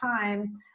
time